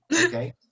Okay